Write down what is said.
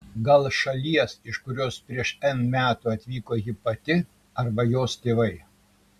gal šalies iš kurios prieš n metų atvyko ji pati arba jos tėvai